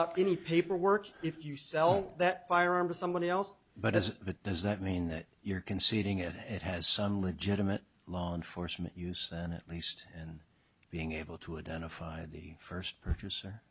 out any paperwork if you sell that firearm to someone else but as it does that mean that you're conceding it has some legitimate law enforcement use then at least and being able to identify the first purchaser